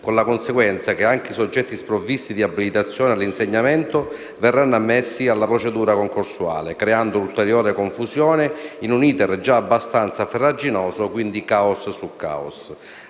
con la conseguenza che anche soggetti sprovvisti di abilitazione all'insegnamento verranno ammessi alla procedura concorsuale, creando ulteriore confusione in un *iter* già abbastanza farraginoso. Quindi, caos su caos.